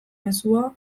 mezua